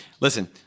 listen